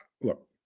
Look